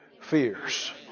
fears